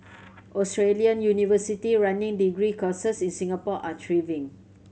Australian university running degree courses in Singapore are thriving